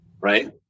right